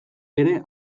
ere